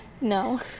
No